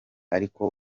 ariko